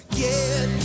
get